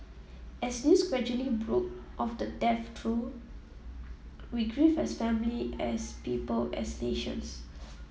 as news gradually broke of the death troll we grieved as family as people as nations